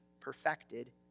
perfected